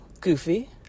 goofy